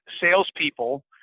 salespeople